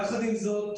יחד עם זאת,